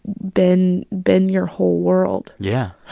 been been your whole world yeah.